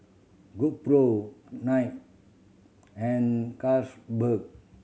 GoPro Night and Carlsberg